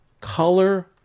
color